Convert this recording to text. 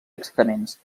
excrements